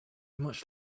much